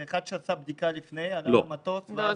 זה אחד שעשה בדיקה לפני, עלה למטוס ואז --- לא.